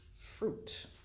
fruit